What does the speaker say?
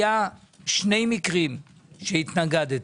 היו שני מקרים שהתנגדתי,